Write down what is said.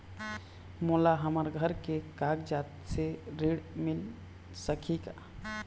मोला हमर घर के कागजात से ऋण मिल सकही का?